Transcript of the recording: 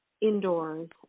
indoors